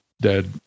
dead